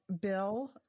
bill